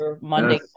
Monday